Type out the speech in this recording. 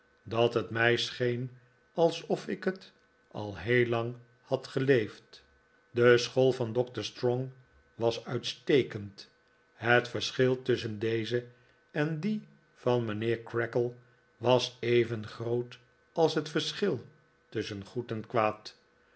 dat het mij scheen alsof ik het al heel lang had geleefd de school van doctor strong was uitstekend het verschil tusschen deze en die van mijnheer creakle was even groot als het verschil tusschen goed en kwaad